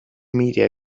media